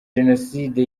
jenoside